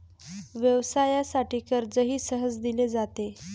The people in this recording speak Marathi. व्यवसायासाठी कर्जही सहज दिले जाते